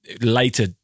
later